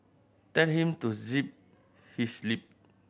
tell him to zip his lip